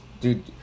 dude